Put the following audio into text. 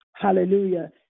Hallelujah